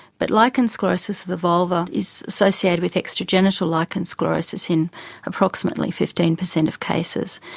but lichen sclerosus of the vulva is associated with extragenital lichen sclerosus in approximately fifteen percent of cases,